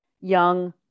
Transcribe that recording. young